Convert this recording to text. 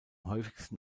häufigsten